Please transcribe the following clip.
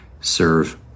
serve